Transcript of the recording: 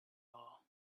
all